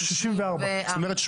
64. זאת אומרת,